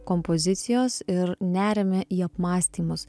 kompozicijos ir neriame į apmąstymus